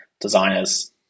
designers